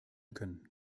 können